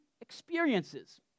experiences